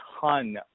ton